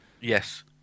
yes